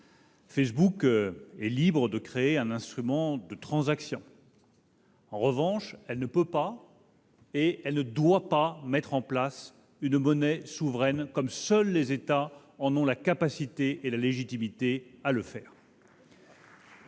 Elle est libre de créer un instrument de transaction ; en revanche, elle ne peut pas et elle ne doit pas mettre en place une monnaie souveraine : seuls les États ont la capacité et la légitimité de le faire.